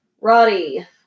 roddy